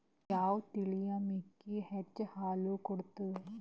ಯಾವ ತಳಿಯ ಮೇಕಿ ಹೆಚ್ಚ ಹಾಲು ಕೊಡತದ?